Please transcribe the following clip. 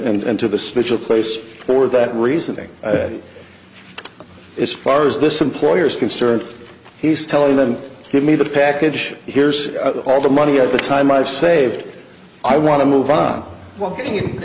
to the special place for that reasoning as far as this employer is concerned he's telling them give me the package here's all the money at the time i saved i want to move on walking